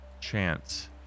chance